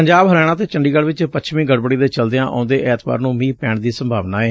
ਪੰਜਾਬ ਹਰਿਆਣਾ ਅਤੇ ਚੰਡੀਗੜ ਵਿਚ ਪੱਛਮੀ ਗੜਬੜੀ ਦੇ ਚਲਦਿਆਂ ਆਉਂਦੇ ਐਤਵਾਰ ਨੁੰ ਮੀਂਹ ਪੈਣ ਦੀ ਸੰਭਾਵਨਾ ਏ